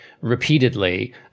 repeatedly